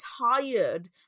tired